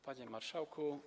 Panie Marszałku!